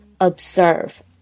observe